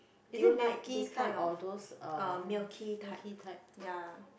do you like this kind of uh milky type ya